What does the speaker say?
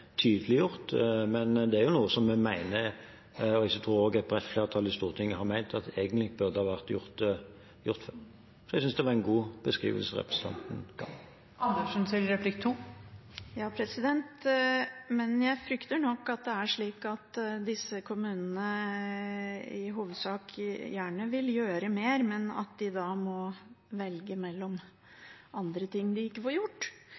tydeliggjort, men det er noe som vi mener – og som jeg også tror et bredt flertall i Stortinget har ment – egentlig burde ha vært gjort. Så jeg synes det var en god beskrivelse representanten ga. Men jeg frykter nok at disse kommunene i hovedsak gjerne vil gjøre mer, men at de da må velge mellom andre ting de ikke får gjort.